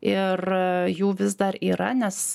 ir jų vis dar yra nes